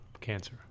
cancer